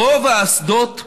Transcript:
רוב האסדות,